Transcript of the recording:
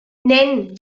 nen